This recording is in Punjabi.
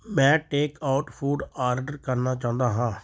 ਮੈਂ ਟੇਕ ਆਊਟ ਫੂਡ ਆਰਡਰ ਕਰਨਾ ਚਾਹੁੰਦਾ ਹਾਂ